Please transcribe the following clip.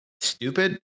stupid